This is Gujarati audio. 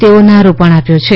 તેવો નારો પણ આપ્યો છે